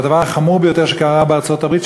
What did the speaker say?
והדבר החמור ביותר שקרה בארצות-הברית,